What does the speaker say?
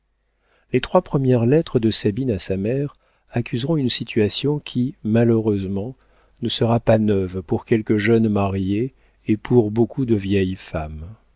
les trois premières lettres de sabine à sa mère accuseront une situation qui malheureusement ne sera pas neuve pour quelques jeunes mariées et pour beaucoup de vieilles femmes